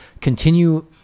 continue